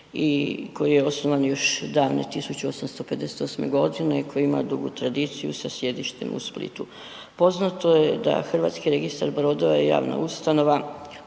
koji je osnovan još davne 1858. g., koji ima dugu tradiciju sa sjedištem u Splitu. Poznato je da HRB je javna ustanova